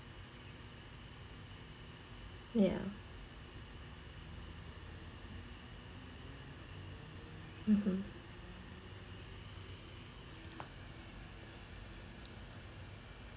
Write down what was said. ya (uh huh)